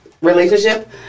relationship